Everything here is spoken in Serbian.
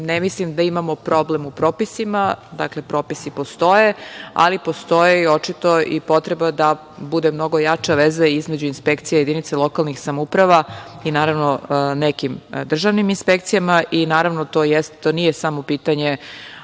Ne mislim da imamo problem u propisima, dakle, propisi postoje, ali postoji očito i potreba da bude mnogo jača veza između inspekcija i jedinica lokalnih samouprava i, naravno, nekim državnim inspekcijama. Naravno, to nije samo pitanje,